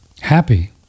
happy